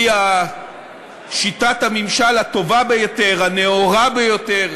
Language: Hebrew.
היא שיטת הממשל הטובה ביותר, הנאורה ביותר,